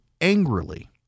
angrily